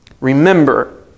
Remember